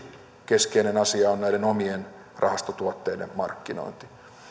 keskeinen asia on näiden omien rahastotuotteiden markkinointi